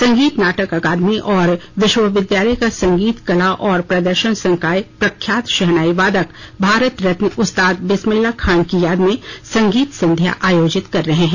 संगीत नाटक अकादमी और विश्वविद्यालय का संगीत कला और प्रदर्शन संकाय प्रख्यात शहनाई वादक भारत रत्न उस्ताद बिस्मिल्ला खान की याद में संगीत संध्या अयोजित कर रहे हैं